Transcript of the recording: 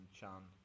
Chan